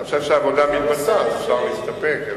אני חושב שהעבודה מתבצעת, אפשר להסתפק.